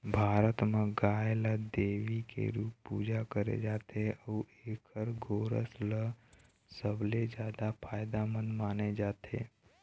भारत म गाय ल देवी के रूप पूजा करे जाथे अउ एखर गोरस ल सबले जादा फायदामंद माने जाथे